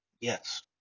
Yes